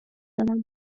دارم